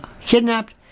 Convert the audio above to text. kidnapped